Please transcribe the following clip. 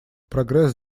прогресс